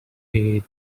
paid